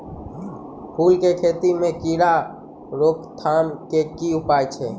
फूल केँ खेती मे कीड़ा रोकथाम केँ की उपाय छै?